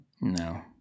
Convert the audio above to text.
No